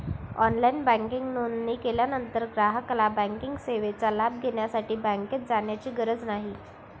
online banking नोंदणी केल्यानंतर ग्राहकाला बँकिंग सेवेचा लाभ घेण्यासाठी बँकेत जाण्याची गरज नाही